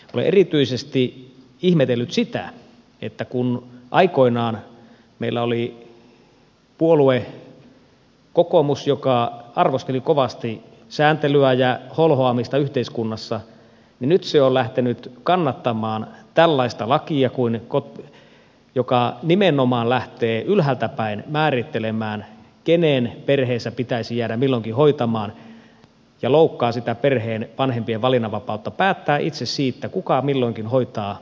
olen erityisesti ihmetellyt sitä että kun aikoinaan meillä oli puolue kokoomus joka arvosteli kovasti sääntelyä ja holhoamista yhteiskunnassa niin nyt se on lähtenyt kannattamaan tällaista lakia joka nimenomaan lähtee ylhäältä päin määrittelemään kenen perheessä pitäisi jäädä milloinkin hoitamaan ja loukkaa sitä perheen vanhempien valinnanvapautta päättää itse siitä kuka milloinkin hoitaa perheen lapsia